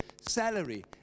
salary